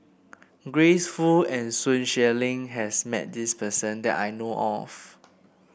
Grace Fu and Sun Xueling has met this person that I know of